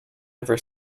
ever